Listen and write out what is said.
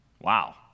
Wow